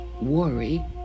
worry